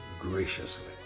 graciously